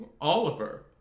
Oliver